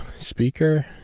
speaker